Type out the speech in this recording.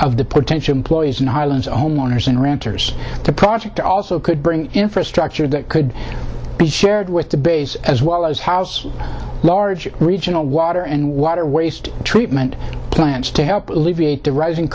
of the potential employees and highlands homeowners and renters the project also could bring infrastructure that could be shared with the base as well as house larger regional water and water waste treatment plants to help alleviate the rising